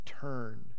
Turn